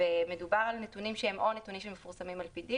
מדובר על נתונים שהם או נתונים שמפורסמים על פי דין